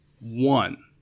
one